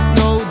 no